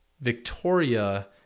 Victoria